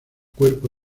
cuerpo